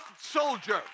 soldier